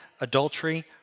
adultery